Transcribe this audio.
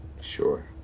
Sure